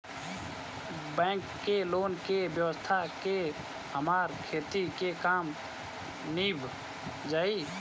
bank के loan के व्यवस्था से हमार खेती के काम नीभ जाई